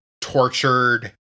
tortured